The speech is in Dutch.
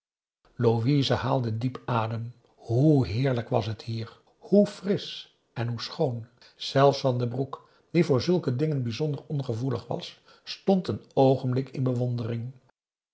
louise haalde diep adem hoe heerlijk was het hier hoe frisch en hoe schoon zelfs van den broek die voor zulke dingen bijzonder ongevoelig was stond een oogenblik in bewondering